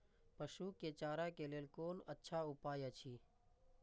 पशु के चारा के लेल कोन अच्छा उपाय अछि?